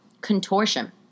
contortion